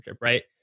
right